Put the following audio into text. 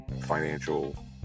financial